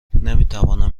نمیتوانم